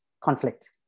conflict